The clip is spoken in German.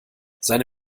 seine